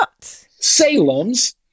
Salem's